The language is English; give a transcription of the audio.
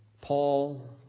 Paul